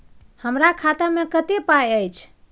हमरा खाता में कत्ते पाई अएछ?